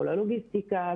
כל הלוגיסטיקה,